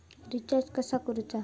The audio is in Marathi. रिचार्ज कसा करूचा?